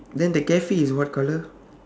then the cafe is what colour